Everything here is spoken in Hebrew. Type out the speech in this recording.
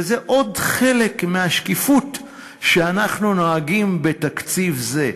וזה עוד חלק מהשקיפות שאנחנו נוהגים בתקציב זה.